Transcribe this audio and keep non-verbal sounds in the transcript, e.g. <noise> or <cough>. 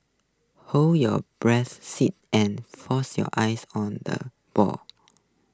hold your breath <unintelligible> and focus your eyes on the ball